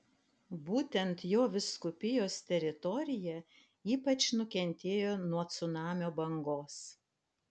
būtent jo vyskupijos teritorija ypač nukentėjo nuo cunamio bangos